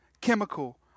chemical